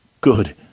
Good